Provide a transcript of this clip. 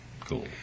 cool